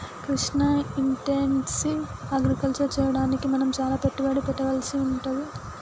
Krishna intensive agriculture చెయ్యడానికి మనం చాల పెట్టుబడి పెట్టవలసి వుంటది